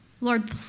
Lord